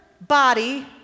body